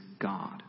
God